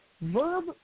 Verb